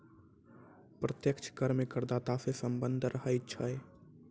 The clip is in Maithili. प्रत्यक्ष कर मे करदाता सं सीधा सम्बन्ध रहै छै